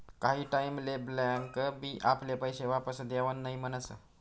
काही टाईम ले बँक बी आपले पैशे वापस देवान नई म्हनस